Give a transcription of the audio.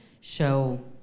show